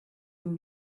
will